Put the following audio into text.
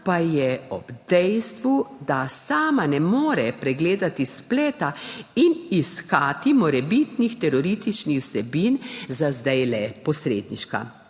pa je ob dejstvu, da sama ne more pregledati spleta in iskati morebitnih terorističnih vsebin, za zdaj le posredniška.